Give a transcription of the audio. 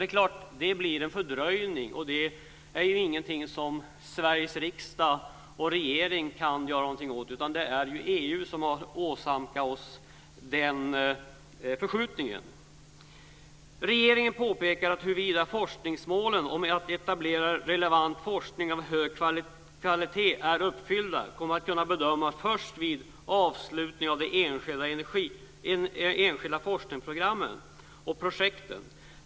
Det blir en fördröjning, och det är ingenting som Sveriges riksdag och regering kan göra någonting åt. Det är EU som har åsamkat oss den förskjutningen. Regeringen påpekar att huruvida forskningsmålen om att etablera relevant forskning av hög kvalitet är uppfyllda kommer att kunna bedömas först vid avslutning av de enskilda forskningsprogrammen och projekten.